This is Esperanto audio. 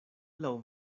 laŭ